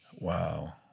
Wow